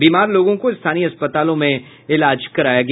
बीमार लोगों को स्थानीय अस्पतालों में इलाज कराया गया